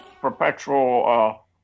perpetual